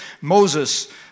Moses